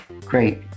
great